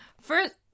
first